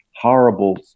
horrible